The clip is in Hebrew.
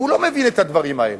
הוא לא מבין את הדברים האלה.